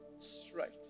straight